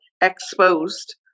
exposed